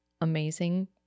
amazing